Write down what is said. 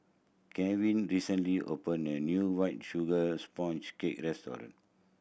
Gavin recently opened a new White Sugar Sponge Cake restaurant